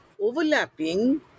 overlapping